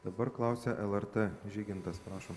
dabar klausia lrt žygintas prašom